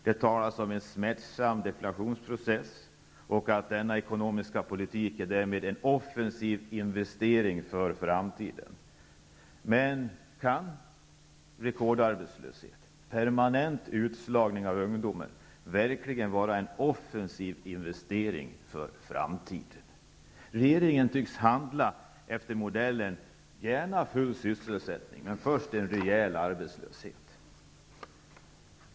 Det talas om en smärtsam deflationsprocess och att denna ekonomiska politik därmed är en offensiv investering för framtiden. Men kan rekordarbetslöshet och permanent utslagning av ungdomen verkligen vara en offensiv investering för framtiden? Regeringen tycks handla efter modellen ''gärna full sysselsättning, men först en rejäl arbetslöshet''.